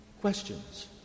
Questions